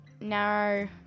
narrow